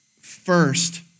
First